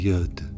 Yud